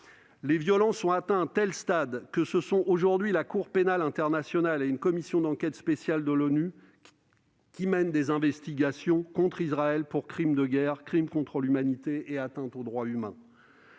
Les violences ont atteint un tel stade que ce sont aujourd'hui la Cour pénale internationale et une commission d'enquête spéciale de l'ONU qui mènent des investigations contre Israël pour crimes de guerre, crimes contre l'humanité et atteintes aux droits humains.